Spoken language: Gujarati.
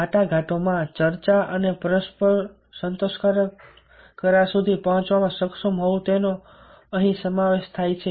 વાટાઘાટો માં ચર્ચા અને પરસ્પર સંતોષકારક કરાર સુધી પહોંચવામાં સક્ષમ હોવું તેનો સમાવેશ અહીં થાય છે